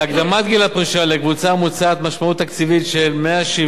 של 170 מיליון ש"ח בשנה לעניין הביטוח הלאומי.